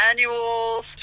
annuals